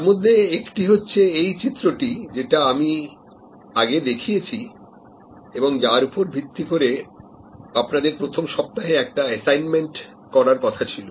তার মধ্যে একটি হচ্ছে এই চিত্রটি যেটা আমি আগে দেখিয়েছি এবং যার উপর ভিত্তি করে আপনাদের প্রথম সপ্তাহে একটা অ্যাসাইনমেন্ট করার কথা ছিল